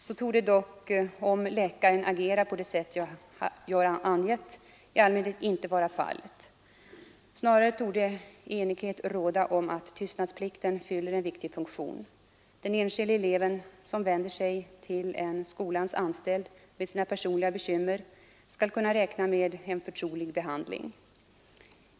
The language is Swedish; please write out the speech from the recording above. Så torde dock, om läkaren agerar på det sätt som jag angett, i allmänhet inte vara fallet. Snarare torde enighet råda om att tystnadsplikten fyller en viktig funktion. Den enskilde eleven som vänder sig till en skolans anställd med sina personliga bekymmer skall kunna räkna med en förtrolig behandling.